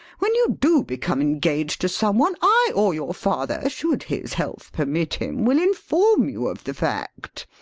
when you do become engaged to some one, i, or your father, should his health permit him, will inform you of the fact.